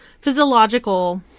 physiological